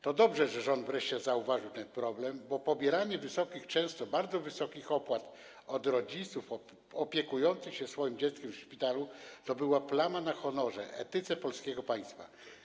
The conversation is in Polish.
To dobrze, że rząd wreszcie zauważył ten problem, bo pobieranie wysokich, często bardzo wysokich opłat od rodziców, od opiekujących się swoim dzieckiem w szpitalu to była plama na honorze, etyce polskiego państwa.